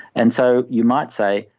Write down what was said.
and so you might say,